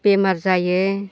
बेमार जायो